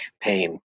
pain